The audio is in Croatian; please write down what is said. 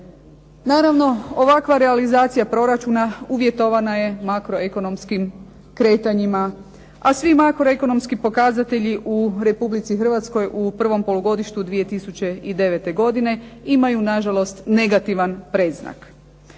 Naravno ovakva realizacija proračuna uvjetovana je makro-ekonomskim kretanjima. A svi makro-ekonomski pokazatelji u Republici Hrvatskoj u prvom polugodištu 2009. godine imaju nažalost negativan predznak.